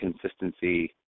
consistency